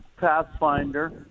pathfinder